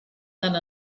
tant